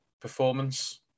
performance